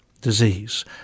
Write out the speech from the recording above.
Disease